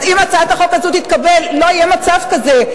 אז אם הצעת החוק הזאת תתקבל לא יהיה מצב כזה.